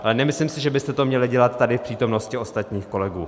Ale nemyslím si, že byste to měli dělat tady v přítomnosti ostatních kolegů!